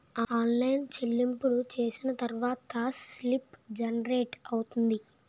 online చెల్లింపులు చేసిన తర్వాత స్లిప్ జనరేట్ అవుతుంది